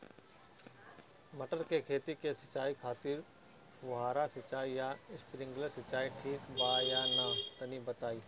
मटर के खेती के सिचाई खातिर फुहारा सिंचाई या स्प्रिंकलर सिंचाई ठीक बा या ना तनि बताई?